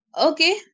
Okay